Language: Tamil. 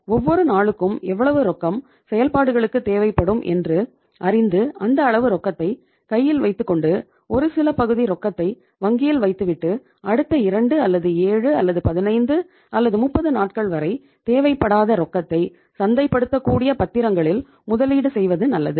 ஒவ்வொரு நாளுக்கும் எவ்வளவு ரொக்கம் செயல்பாடுகளுக்கு தேவைப்படும் என்று அறிந்து அந்த அளவு ரொக்கத்தை கையில் வைத்துக்கொண்டு ஒரு சில பகுதி ரொக்கத்தை வங்கியில் வைத்துவிட்டு அடுத்த 2 அல்லது 7 அல்லது 15 அல்லது 30 நாட்கள்வரை தேவைப்படாத ரொக்கத்தை சந்தைபடுத்தக்கூடிய பத்திரங்களில் முதலீடு செய்வது நல்லது